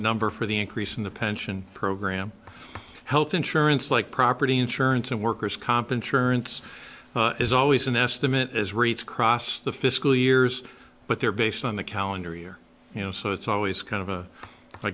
number for the increase in the pension program health insurance like property insurance and worker's comp insurance is always an estimate as rates across the fiscal years but they're based on the calendar year you know so it's always kind of